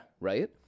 Right